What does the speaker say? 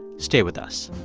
stay with us